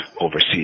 overseas